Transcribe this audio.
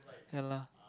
ya lah